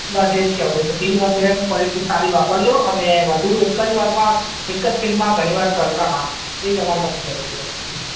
બસ એ જ કહેવું હતું કે તેલ વગેરેની ક્વૉલિટી સારી વાપરજો અને વધુ એક જ વારમાં એક જ તેલમાં ઘણી વાર તળતાં ના એ જ અમારે તમને કહેવું હતું બસ